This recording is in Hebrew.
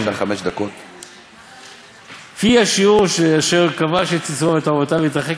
וכפי השיעור אשר כבש את יצרו ותאוותיו ונתרחק